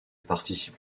participe